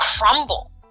crumble